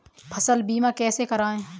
फसल बीमा कैसे कराएँ?